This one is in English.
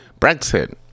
brexit